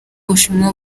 bushinwa